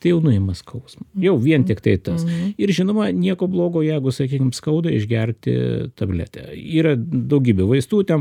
tai jau nuima skausmą jau vien tiktai tas ir žinoma nieko blogo jeigu sakykim skauda išgerti tabletę yra daugybė vaistų ten